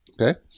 Okay